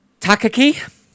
Takaki